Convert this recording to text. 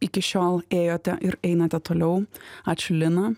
iki šiol ėjote ir einate toliau ačiū lina